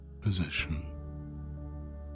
position